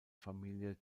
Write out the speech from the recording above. familie